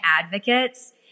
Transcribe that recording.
advocates